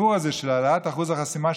הסיפור הזה של העלאת אחוז החסימה,